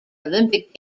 olympic